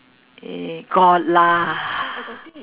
eh got lah